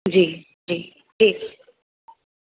जी जी ठीकु